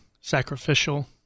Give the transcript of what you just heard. sacrificial